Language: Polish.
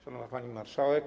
Szanowna Pani Marszałek!